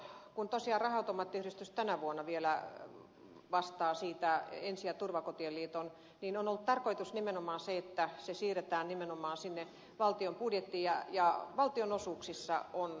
päihdeäitien hoidosta tosiaan raha automaattiyhdistys tänä vuonna vastaa ensi ja turvakotien liitossa ja on ollut tarkoitus että se siirretään nimenomaan valtion budjettiin ja valtionosuuksissa on tähän varauduttu